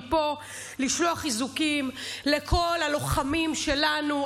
לשלוח מפה חיזוקים לכל הלוחמים שלנו,